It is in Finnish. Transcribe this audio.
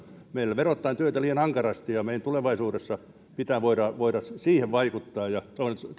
meillä verotetaan työtä liian ankarasti ja tulevaisuudessa meidän pitää voida voida siihen vaikuttaa toivotan